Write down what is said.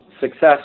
success